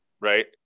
right